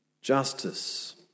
justice